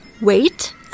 wait